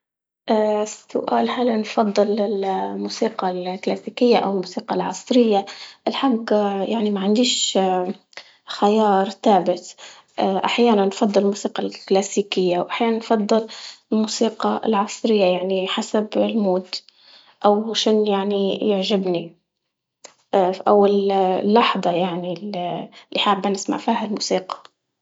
سؤال هل نفضل الموسيقى الكلاسيكية او الموسيقى العصرية؟ الحق يعني معنديش خيار تالت أحيانا أفضل الموسيقى الكلاسيكية وأحيانا نفضل الموسيقى العصرية ، يعني حسب المود أو شن يعني يعجبني أو ال- اللحضة يعني ال- اللي حابة نسمع فيها الموسيقى.